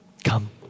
Come